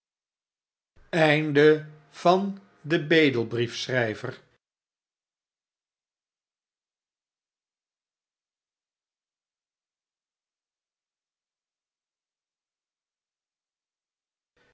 van den bedrieglyken